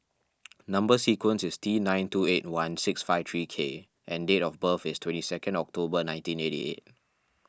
Number Sequence is T nine two eight one six five three K and date of birth is twenty second October nineteen eighty eight